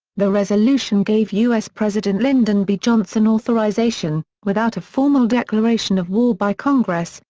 the resolution gave u s. president lyndon b. johnson authorization, without a formal declaration of war by congress,